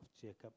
Jacob